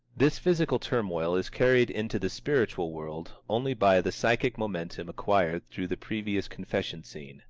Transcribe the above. this physical turmoil is carried into the spiritual world only by the psychic momentum acquired through the previous confession scene.